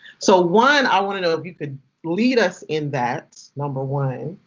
so one, i want to know if you could lead us in that. number one.